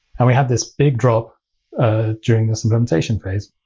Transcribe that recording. and we have this big drop during this implementation phase.